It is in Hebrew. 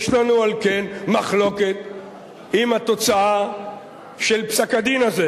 יש לנו, על כן, מחלוקת עם התוצאה של פסק-הדין הזה,